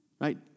Right